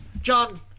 John